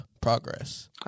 progress